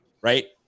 right